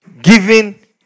giving